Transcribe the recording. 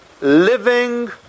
living